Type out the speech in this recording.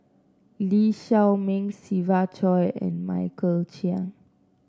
Lee Shao Meng Siva Choy and Michael Chiang